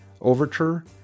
overture